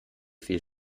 viel